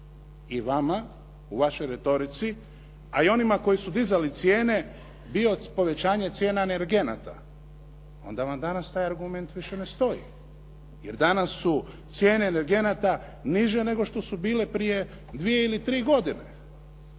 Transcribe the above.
i vama u vašoj retorici, a i onima koji su dizali cijene bio povećanje cijena energenata, onda vam danas taj argument više ne stoji. Jer danas su cijene energenata niže nego što su bile prije dvije ili tri godine.